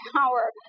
power